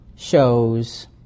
shows